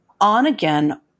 on-again